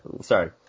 sorry